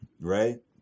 right